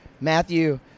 Matthew